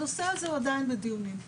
הנושא הזה הוא עדיין בדיונים.